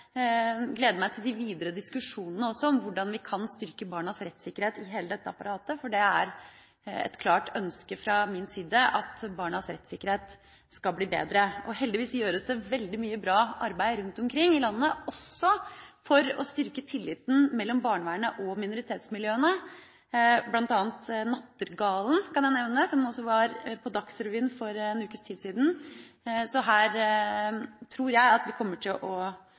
gleder meg til de videre diskusjonene om hvordan vi kan styrke barnas rettssikkerhet i hele dette apparatet, for det er et klart ønske fra min side at barnas rettssikkerhet skal bli bedre. Heldigvis gjøres det også veldig mye bra arbeid rundt omkring i landet for å styrke tilliten mellom barnevernet og minoritetsmiljøene. Jeg kan bl.a. nevne Nattergalen, som også var på Dagsrevyen for en ukes tid siden. Så her tror jeg vi kommer til å